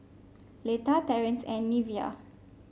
Letta Terance and Neveah